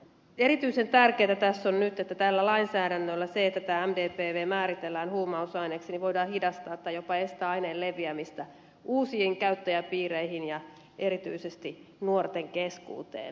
erityisen tärkeätä tässä on nyt että tällä lainsäädännöllä sillä että mdpv määritellään huumausaineeksi voidaan hidastaa tai jopa estää aineen leviämistä uusiin käyttäjäpiireihin ja erityisesti nuorten keskuuteen